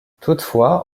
toutefois